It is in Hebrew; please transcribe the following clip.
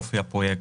אופי הפרויקט,